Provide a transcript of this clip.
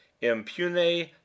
impune